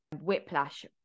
whiplash